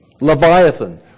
Leviathan